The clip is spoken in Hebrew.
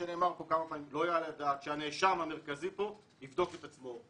לא יעלה על הדעת שהנאשם המרכזי פה יבדוק את עצמו.